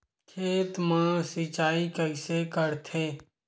खेत मा सिंचाई कइसे करथे?